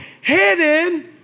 hidden